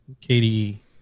Katie